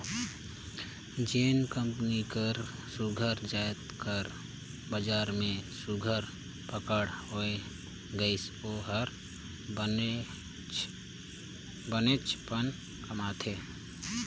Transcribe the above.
जेन कंपनी कर सुग्घर जाएत कर बजार में सुघर पकड़ होए गइस ओ हर बनेचपन कमाथे